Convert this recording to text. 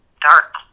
dark